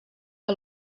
que